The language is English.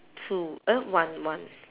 two uh one one